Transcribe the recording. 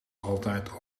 altijd